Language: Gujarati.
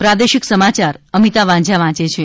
પ્રાદેશિક સમાયાર અમિતા વાંઝા વાંચ છે